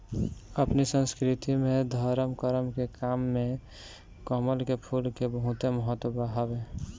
अपनी संस्कृति में धरम करम के काम में कमल के फूल के बहुते महत्व हवे